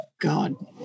God